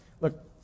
Look